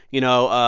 you know,